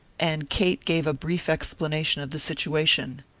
and kate gave a brief explanation of the situation.